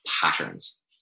patterns